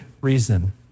reason